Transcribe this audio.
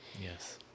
Yes